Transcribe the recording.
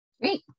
Great